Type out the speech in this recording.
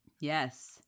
Yes